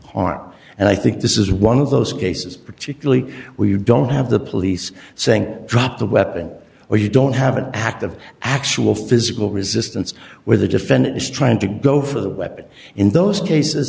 harm and i think this is one of those cases particularly where you don't have the police saying drop the weapon or you don't have an act of actual physical resistance where the defendant is trying to go for the weapon in those cases